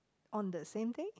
on the same day